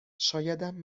شایدم